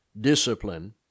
discipline